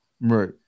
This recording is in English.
Right